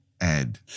Ed